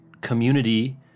community